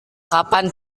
kapan